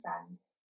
sons